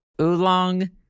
Oolong